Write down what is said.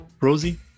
Rosie